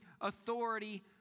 authority